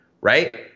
right